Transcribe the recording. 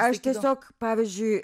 aš tiesiog pavyzdžiui